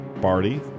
Barty